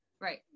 Right